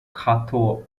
kato